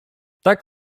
tak